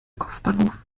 kopfbahnhof